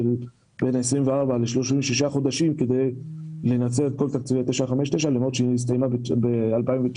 בין 24 ל-36 חודשים כדי לנצל את כל תקציבי 959 למרות שזה הסתיים ב-2019